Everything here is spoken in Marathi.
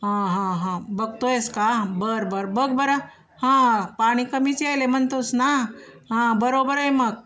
हा हा हा बघतो आहेस का बरं बरं बघ बरं हां पाणी कमीचे यायले म्हणतोस ना हा बरोबर आहे मग